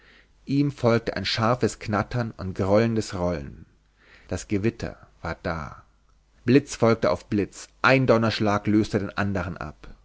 ihm folgte ein scharfes knattern und grollendes rollen das gewitter war da blitz folgte auf blitz ein donnerschlag löste den anderen ab